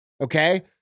Okay